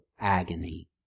agony